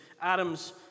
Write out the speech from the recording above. Adam's